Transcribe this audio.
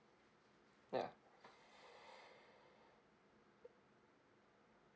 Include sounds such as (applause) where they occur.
ya (breath)